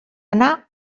anar